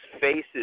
faces